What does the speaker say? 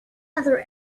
other